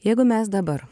jeigu mes dabar